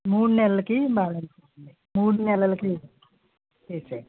మూడు నెలలకి బాగా మూడు నెలలకి వేసేయండి